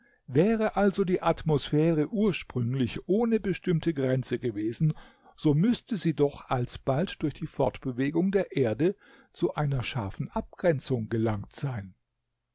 wäre also die atmosphäre ursprünglich ohne bestimmte grenze gewesen so müßte sie doch alsbald durch die fortbewegung der erde zu einer scharfen abgrenzung gelangt sein